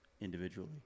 individually